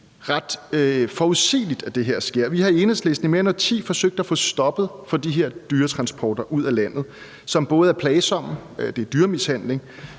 ret forudsigeligt, at det her sker. Vi har i Enhedslisten i mere end et årti forsøgt at få stoppet de her dyretransporter ud af landet, som både er plagsomme – det er dyremishandling